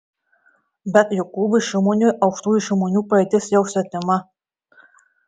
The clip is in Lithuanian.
bet jokūbui šimoniui aukštųjų šimonių praeitis jau svetima